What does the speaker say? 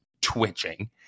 twitching